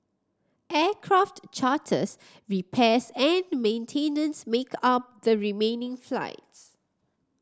aircraft charters repairs and maintenance make up the remaining flights